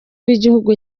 w’igihugu